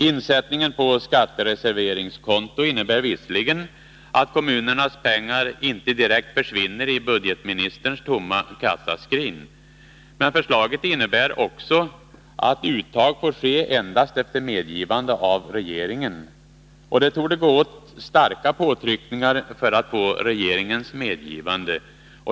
Insättningen på skattereserveringskonto innebär visserligen att kommunernas pengar inte direkt försvinner i budgetministerns tomma kassaskrin. Men förslaget innebär också att uttag får ske endast efter medgivande av regeringen. Det torde behövas starka påtryckningar för att få regeringens medgivande.